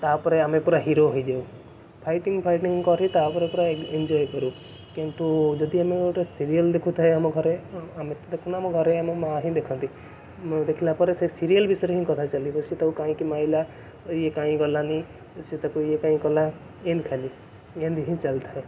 ତାପରେ ଆମେ ପୁରା ହିରୋ ହେଇଯାଉ ଫାଇଟିଙ୍ଗ ଫାଇଟିଙ୍ଗ କରି ତା ପରେ ପୁରା ଏନ୍ଜୟ କରୁ କିନ୍ତୁ ଯଦି ଆମେ ଗୋଟେ ସିରିଏଲ ଦେଖୁଥାଉ ଆମ ଘରେ ଆମେ ତ ଦେଖୁନା ଆମ ଘରେ ଆମ ମାଁ ହିଁ ଦେଖନ୍ତି ଦେଖିଲା ପରେ ସେ ସିରିଏଲ ବିଷୟରେ ହିଁ କଥା ଚାଲିବ ସିଏ ତାକୁ କାହିଁକି ମାଇଲା ଇଏ କାହିଁ ଗଲାନି ସିଏ ତାକୁ ଇଏ କାହିଁ କଲା ଏମିତି ଖାଲି ଏମିତି ହିଁ ଚାଲିଥାଏ